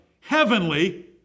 heavenly